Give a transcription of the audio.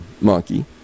monkey